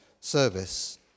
service